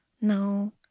no